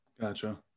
Gotcha